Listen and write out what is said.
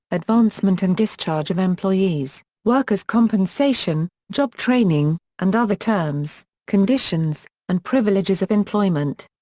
advancement and discharge of employees, workers' compensation, job training, and other terms, conditions, and privileges of employment.